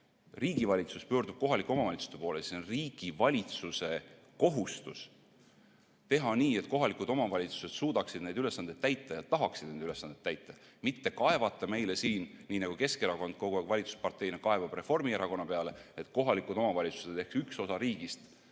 riigi valitsus pöördub kohalike omavalitsuste poole, siis on riigi valitsuse kohustus teha nii, et kohalikud omavalitsused suudaksid neid ülesandeid täita ja tahaksid neid ülesandeid täita, mitte kaevata meile siin, nii nagu Keskerakond kogu aeg valitsusparteina kaebab Reformierakonna peale, et kohalikud omavalitsused ehk üks osa riigist